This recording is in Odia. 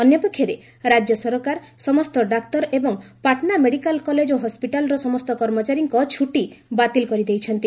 ଅନ୍ୟପକ୍ଷରେ ରାଜ୍ୟ ସରକାର ସମସ୍ତ ଡାକ୍ତର ଏବଂ ପାଟନା ମେଡିକାଲ୍ କଲେଜ୍ ଓ ହସ୍କିଟାଲ୍ର ସମସ୍ତ କର୍ମଚାରୀଙ୍କ ଛୁଟି ବାତିଲ୍ କରିଦେଇଛନ୍ତି